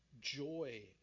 joy